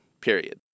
Period